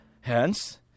Hence